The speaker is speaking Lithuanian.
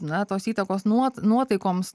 na tos įtakos nuot nuotaikoms